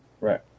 Right